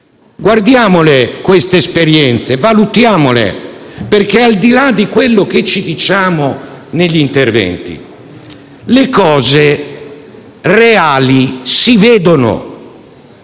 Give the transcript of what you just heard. Guardiamole queste esperienze, valutiamole perché, al di là di quanto ci diciamo negli interventi, le cose reali si vedono.